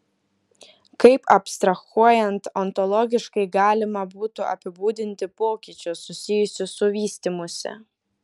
kaip abstrahuojant ontologiškai galima būtų apibūdinti pokyčius susijusius su vystymusi